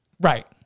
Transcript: Right